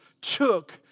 took